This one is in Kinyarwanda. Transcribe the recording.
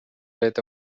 leta